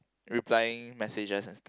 replying messages and